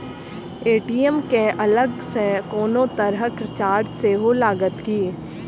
ATM केँ अलग सँ कोनो तरहक चार्ज सेहो लागत की?